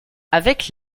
avec